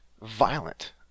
violent